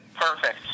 Perfect